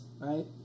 right